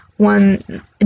One